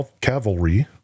cavalry